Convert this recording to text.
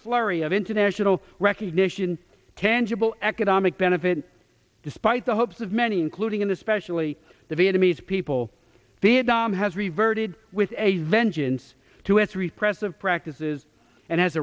flurry of international recognition tangible economic benefit despite the hopes of many including and especially the vietnamese people vietnam has reverted with a vengeance to its repressive practices and has